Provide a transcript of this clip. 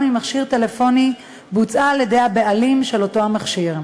ממכשיר טלפוני בוצעה על-ידי הבעלים של אותו המכשיר.